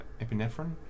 epinephrine